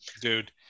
dude